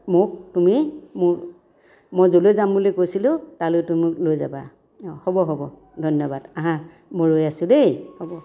মোক তুমি মোক মই য'লৈ যাম বুলি কৈছিলোঁ তালৈ তুমি মোক লৈ যাবা হ'ব হ'ব ধন্যবাদ আহা মই ৰৈ আছোঁ দেই হ'ব